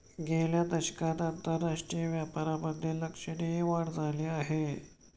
गेल्या दशकात आंतरराष्ट्रीय व्यापारामधे लक्षणीय वाढ झाली आहे